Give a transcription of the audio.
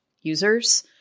users